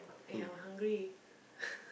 !aiya! hungry